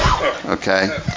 Okay